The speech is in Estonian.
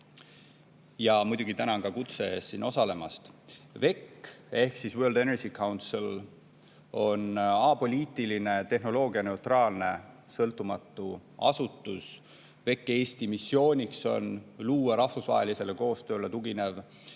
ja muidugi tänan ka kutse eest siin osalemast. WEC ehk World Energy Council on apoliitiline tehnoloogianeutraalne sõltumatu asutus. WEC Eesti missioon on luua rahvusvahelisele koostööle tuginev